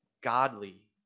godly